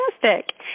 fantastic